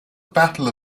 battle